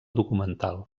documental